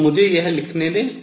तो मुझे यह लिखने दें